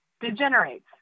Degenerates